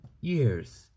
years